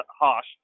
harsh